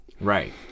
right